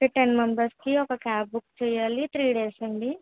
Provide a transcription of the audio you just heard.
okay ten మెంబర్స్కి ఒక cab book చేయాలి త్రీ డేస్ అండి